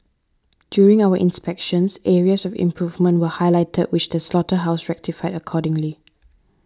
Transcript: during our inspections areas of improvement were highlighted which the slaughterhouse rectified accordingly